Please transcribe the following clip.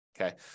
Okay